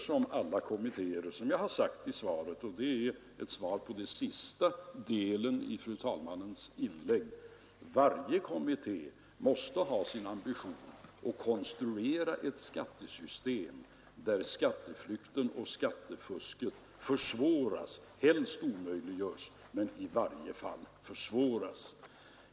Som jag har sagt i svaret — och det ä ett svar på den sista delen i fru talmannens inlägg — måste varje kommitté ha ambitionen att konstruera ett skattesystem där skatteflykten och skattefusket helst omöjliggörs och i varje fall försvåras.